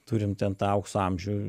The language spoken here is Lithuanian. turim ten tą aukso amžių